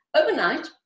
Overnight